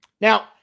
Now